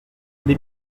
les